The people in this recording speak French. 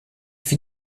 fit